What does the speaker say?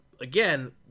again